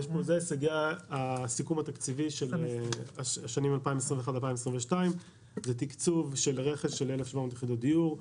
אלה הישגי הסיכום התקציבי של השנים 2021-2022. זה תקצוב של רכש של 1,700 יחידות דיור,